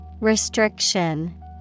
Restriction